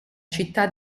città